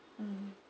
mm